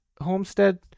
Homestead